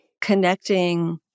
connecting